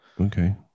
okay